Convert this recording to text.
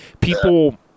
people